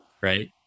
right